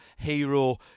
Hero